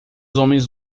homens